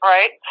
Right